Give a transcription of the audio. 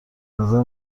نظر